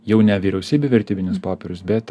jau ne vyriausybių vertybinius popierius bet